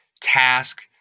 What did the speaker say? task